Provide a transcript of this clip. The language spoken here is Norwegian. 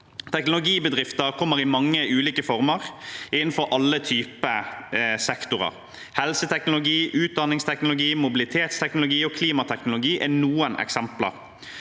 Teknologibedrifter kommer i mange ulike former innenfor alle typer sektorer. Helseteknologi, utdanningsteknologi, mobilitetsteknologi og klimateknologi er noen eksempler.